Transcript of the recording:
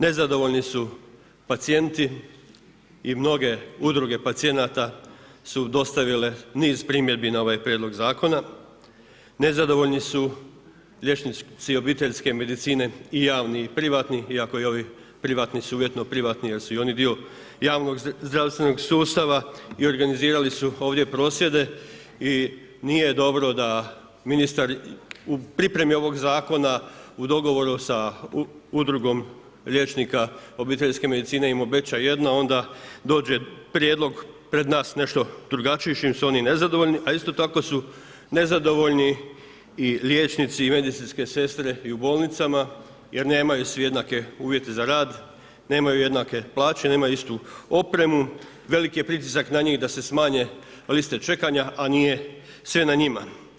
Nezadovoljni su pacijenti i mnoge udruge pacijenata su dostavile niz primjedbi na ovaj prijedlog zakona, nezadovoljni su liječnici obiteljske medicine, i javni i privatni iako i ovi privatni su uvjetno privatni jer su i oni dio javnog zdravstvenog sustava i organizirali su ovdje prosvjede i nije dobro da ministar u pripremi ovog zakona u dogovoru sa udrugom liječnika obiteljske medicine im obeća jedno a onda dođe prijedlog pred nas nešto drugačiji s čim su oni nezadovoljni a isto tako su nezadovoljni i liječnici i medicinske sestre i u bolnicama jer nemaju svi jednake uvjete za rad, nemaju jednake plaće, nemaju istu opremu, veliki je pritisak na njih da se smanje liste čekanja a nije sve na njima.